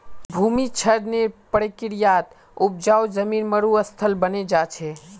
भूमि क्षरनेर प्रक्रियात उपजाऊ जमीन मरुस्थल बने जा छे